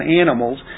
animals